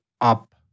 up